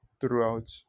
throughout